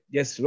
Yes